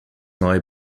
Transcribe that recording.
neue